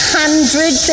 hundred